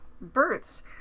births